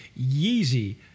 Yeezy